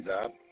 up